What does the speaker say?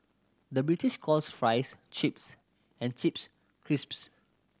the British calls fries chips and chips crisps